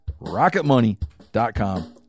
rocketmoney.com